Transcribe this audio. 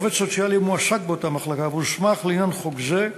או עובד סוציאלי המועסק באותה מחלקה והוסמך לעניין חוק זה,